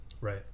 Right